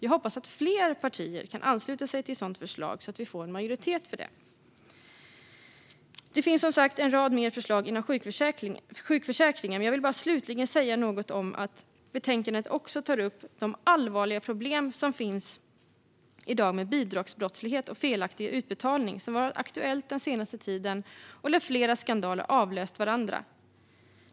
Jag hoppas att fler partier med tiden kan ansluta sig till ett sådant förslag så att vi får en majoritet för det. Det finns som sagt en rad ytterligare förslag som gäller sjukförsäkringen, men jag vill slutligen säga något om att betänkandet också tar upp de allvarliga problem som i dag finns med bidragsbrottslighet och felaktiga utbetalningar, vilket har varit aktuellt den senaste tiden och där flera skandaler avlöst varandra.